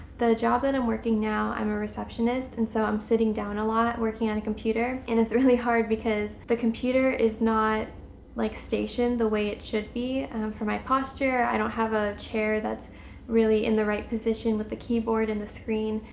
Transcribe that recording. the job that i'm working now i'm a receptionist and so i'm sitting down a lot working on a computer. and it's really hard because the computer is not like stationed the way it should be for my posture. i don't have a chair that's in the right position with the keyboard and the screen.